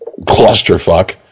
clusterfuck